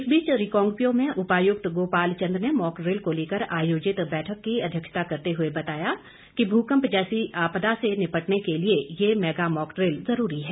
इस बीच रिकांगपिओ में उपायुक्त गोपाल चंद ने मॉकड्रिल को लेकर आयोजित बैठक की अध्यक्षता करते हुए बताया कि भूकंप जैसी आपदा से निपटने के लिए ये मैगा मॉकड्रिल ज़रूरी है